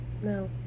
No